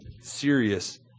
serious